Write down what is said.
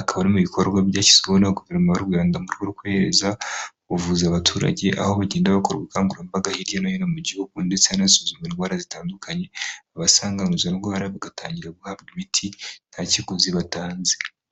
akaba ari mubikorwa byashyizweho na guverinoma y'u Rwanda, murwego rwo korohereza ubuvuzi abaturage, aho bagenda bakora ubukangurambaga hirya no hino mu gihugu, ndetse anasuzuma indwara zitandukanye, abasanganywe izo ndwara bagatangira guhabwa imiti, nta kiguzi batanze.